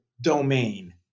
domain